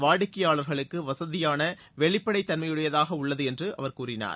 வாடிக்கையாளர்களுக்கு வசதியான வெளிப்படை தன்மையுடையதாக உள்ளது என்று அவர் கூறினார்